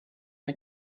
the